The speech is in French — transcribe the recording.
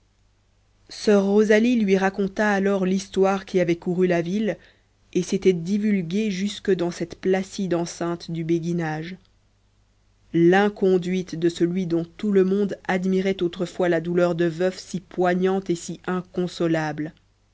soeur rosalie lui raconta alors l'histoire qui avait couru la ville et s'était divulguée jusque dans cette placide enceinte du béguinage l'inconduite de celui dont tout le monde admirait autrefois la douleur de veuf si poignante et si inconsolable